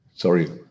Sorry